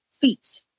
feet